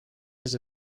his